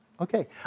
Okay